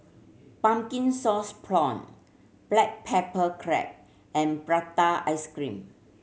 pumpkin sauce prawn black pepper crab and prata ice cream